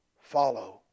follow